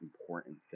important